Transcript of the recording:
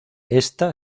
esta